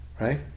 right